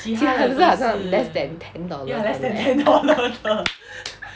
其他的都很像 less than ten dollars 的 leh